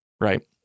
right